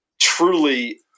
Truly